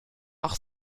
auch